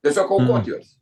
tiesiog aukot juos